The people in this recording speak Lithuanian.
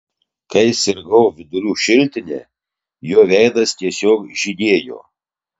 kai sirgau vidurių šiltine jo veidas tiesiog žydėjo